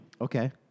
Okay